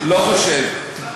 לא חושב.